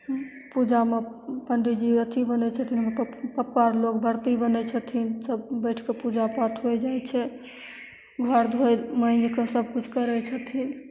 पूजामे पण्डीजी अथी बनय छथिन पप्पा अर लोग व्रती बनय छथिन सब बैठके पूजा पाठ होइ जाइ छै घर धोइ माँजिके सब किछु करय छथिन